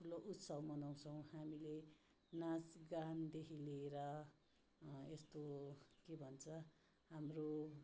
ठुलो उत्सव मनाउँछौँ हामीले नाचगानदेखि लिएर यस्तो के भन्छ हाम्रो